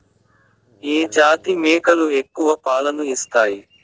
ఏ జాతి మేకలు ఎక్కువ పాలను ఇస్తాయి?